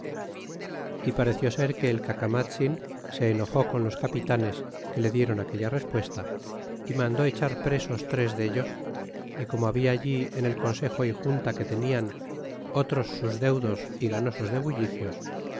y pareció ser que el cacamatzin se enojó con los capitanes que le diéron aquella respuesta y mandó echar presos tres dedos y como había allí en el consejo y juinta que tenian otros sus deudos y ganosos de